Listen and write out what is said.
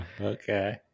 Okay